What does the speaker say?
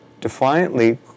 defiantly